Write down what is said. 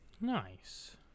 Nice